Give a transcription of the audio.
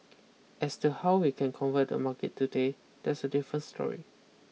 as to how we can convert the market today that's a different story